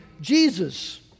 Jesus